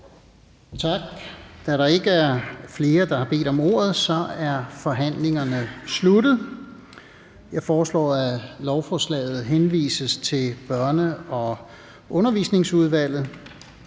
Da der ikke er flere, der har bedt om ordet, er forhandlingen sluttet. Jeg foreslår, at lovforslaget henvises til Sundhedsudvalget.